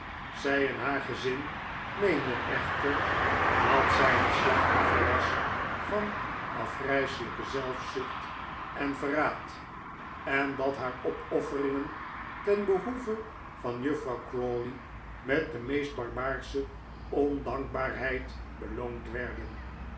zij en haar gezin meenden echter dat zij het slachtoffer was van afgrijselijke zelfzucht en verraad en dat haar opofferingen ten behoeve van juffrouw crawley met de meest barbaarsche ondankbaarheid beloond werden